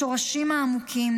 השורשים העמוקים,